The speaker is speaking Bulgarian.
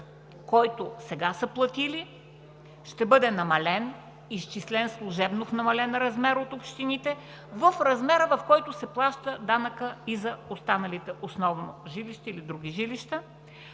който сега са платили, ще бъде намален – изчислен служебно от общините в размера, в който се плаща данъкът и за останалите – основно жилища или други жилища.